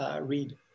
read